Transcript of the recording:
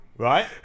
Right